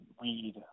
weed